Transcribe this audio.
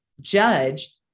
judge